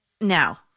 now